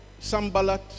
Sambalat